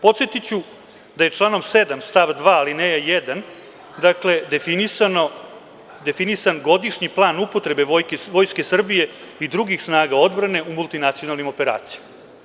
Podsetiću da je članom 7. stav 2. alineja 1. definisan godišnji plan upotrebe Vojske Srbije i drugih snaga odbrane u multinacionalnim operacijama.